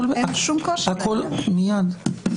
שנייה.